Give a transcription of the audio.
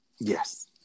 Yes